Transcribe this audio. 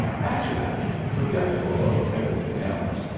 after that, forgetful of everything else,